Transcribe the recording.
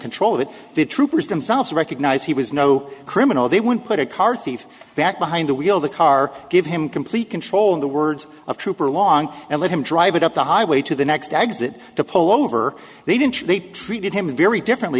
control that the troopers themselves recognized he was no criminal they would put a car thief back behind the wheel the car give him complete control in the words of trooper along and let him drive it up the highway to the next exit to pull over they didn't they treated him very differently